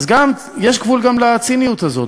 אז יש גבול גם לציניות הזאת.